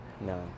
No